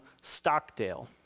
Stockdale